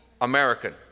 American